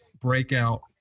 breakout